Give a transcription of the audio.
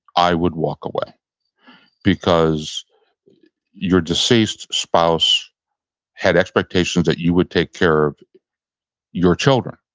i would walk away because your deceased spouse had expectations that you would take care of your children.